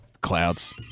Clouds